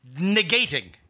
negating